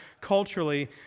culturally